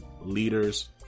leaders